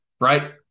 right